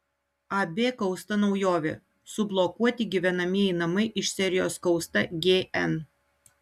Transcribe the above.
ab kausta naujovė sublokuoti gyvenamieji namai iš serijos kausta gn